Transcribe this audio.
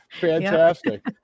Fantastic